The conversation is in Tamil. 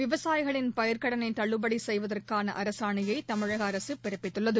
விவசாயிகளின் பயிர்க்கடனை தள்ளுபடி செய்வதற்கான அரசாணையை தமிழக அரசு பிறப்பித்துள்ளது